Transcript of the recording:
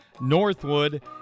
Northwood